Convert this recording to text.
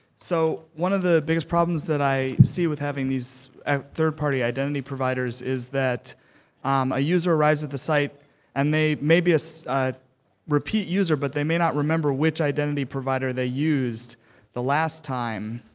so one of the biggest problems that i see with having these third-party identity providers is that a user arrives at the site and they may be so a repeat user, but they may not remember which identity provider they used the last time.